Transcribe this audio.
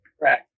Right